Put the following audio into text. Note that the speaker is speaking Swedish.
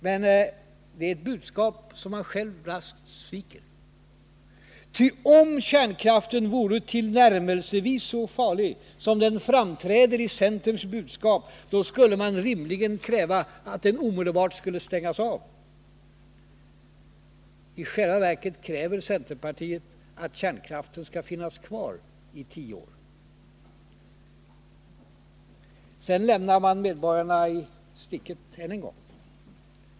Men det är ett budskap som man själv raskt sviker. Ty om kärnkraften vore tillnärmelsevis så farlig som den framträder i centerns budskap, då skulle man rimligen kräva att den omedelbart skulle stängas av. I själva verket kräver centerpartiet att Sedan lämnar man medborgarna i sticket än en gång.